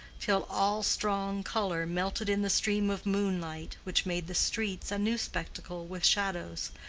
till all strong color melted in the stream of moonlight which made the streets a new spectacle with shadows,